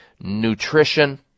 nutrition